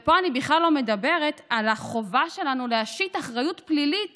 פה אני בכלל לא מדברת על החובה שלנו להשית אחריות פלילית